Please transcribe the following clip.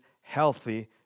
healthy